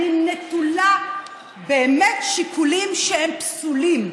אני באמת נטולת שיקולים שהם פסולים.